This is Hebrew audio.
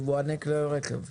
יבואני כלי רכב,